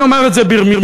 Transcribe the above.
אני אומר את זה ברמיזה,